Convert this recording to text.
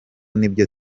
nibyo